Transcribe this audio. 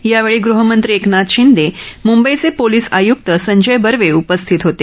यावेळी गहमंत्री एकनाथ शिंदे मंबईचे पोलिस आयक्तसंजय बर्वे उपस्थित होते